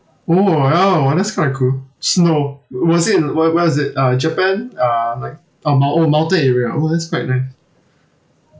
!whoa! !wow! that's quite cool snow was it where where is it uh japan uh like oh mou~ oh mountain area oh that's quite nice